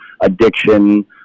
addiction